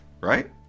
right